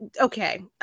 okay